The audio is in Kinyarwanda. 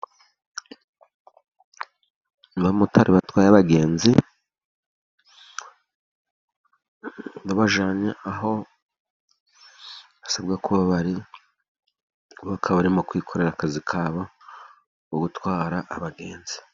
Abamotari batwaye abagenzi babajyanye aho basabwa kuba bari. Bo bakaba barimo kwikorera akazi kabo ko gutwara abagenzi.